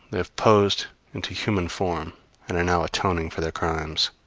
they have posed into human form and are now atoning for their crimes.